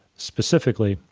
specifically,